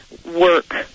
Work